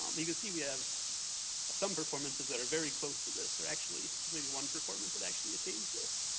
um you can see, we have some performances that are very close to this. there actually may be one performance that actually attains this.